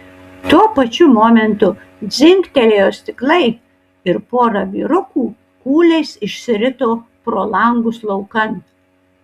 tuo pačiu momentu dzingtelėjo stiklai ir pora vyrukų kūliais išsirito pro langus laukan